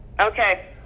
Okay